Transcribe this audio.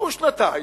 עברו שנתיים,